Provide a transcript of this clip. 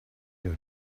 your